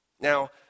Now